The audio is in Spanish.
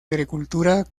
agricultura